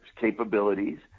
capabilities